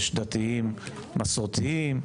יש דתיים מסורתיים,